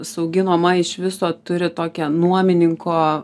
saugi nuoma iš viso turi tokią nuomininko